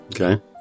Okay